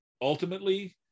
ultimately